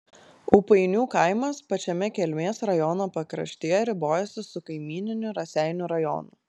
ūpainių kaimas pačiame kelmės rajono pakraštyje ribojasi su kaimyniniu raseinių rajonu